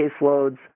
caseloads